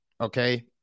okay